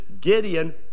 Gideon